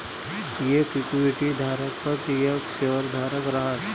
येक इक्विटी धारकच येक शेयरधारक रहास